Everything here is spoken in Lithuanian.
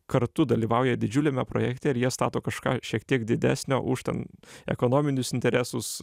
kartu dalyvauja didžiuliame projekte ir jie stato kažką šiek tiek didesnio už ten ekonominius interesus